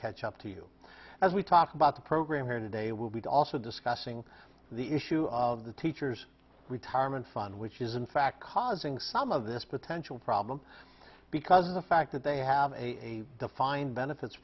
catch up to you as we talk about the program here today will be also discussing the issue of the teachers retirement fund which is in fact causing some of this potential problem because the fact that they have a defined benefits